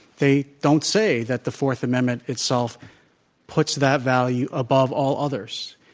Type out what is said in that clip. they don't say that the fourth amendment itself puts that value above all others.